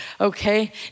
okay